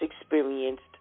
experienced